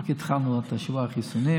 התחלנו רק השבוע את החיסונים.